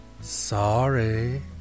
Sorry